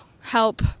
help